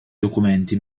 documenti